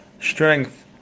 strength